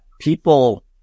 people